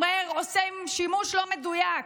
אז הוא אומר: עושה שימוש לא מדויק.